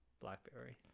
blackberry